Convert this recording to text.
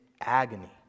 agony